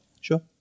sure